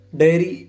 dairy